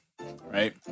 right